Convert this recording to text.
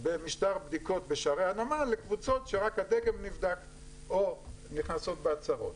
במשטר בדיקות בשערי הנמל לקבוצות שרק הדגם נבדק או נכנסות בהצהרות.